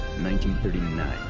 1939